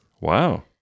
Wow